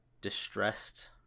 distressed